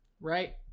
right